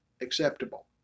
acceptable